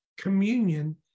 communion